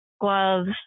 gloves